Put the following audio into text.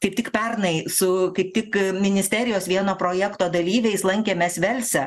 kaip tik pernai su kaip tik ministerijos vieno projekto dalyviais lankėmės velse